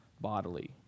bodily